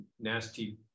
nasty